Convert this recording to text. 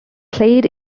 played